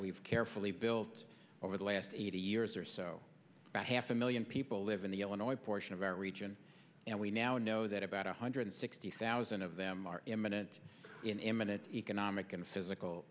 we've carefully built over the last eighty years or so about half a million people live in the illinois portion of our region and we now know that about one hundred sixty thousand of them are imminent in imminent economic and physical